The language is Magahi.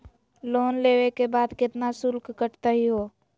लोन लेवे के बाद केतना शुल्क कटतही हो?